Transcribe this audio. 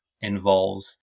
involves